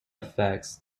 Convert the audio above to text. effects